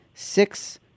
Six